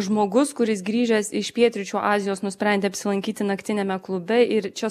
žmogus kuris grįžęs iš pietryčių azijos nusprendė apsilankyti naktiniame klube ir čia